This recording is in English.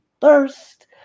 thirst